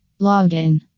Login